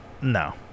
no